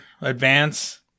advance